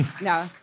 no